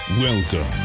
Welcome